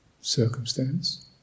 circumstance